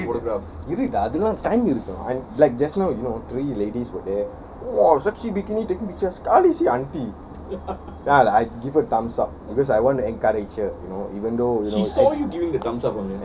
டேய் இருடா அதுக்கெல்லாம்:dei iruda athukkellam time இருக்கு:iruku like just now you know three ladies were there !wah! sexy bikini taking picture sekali see auntie ah I give her thumbs up cause I want to encourage her you know even though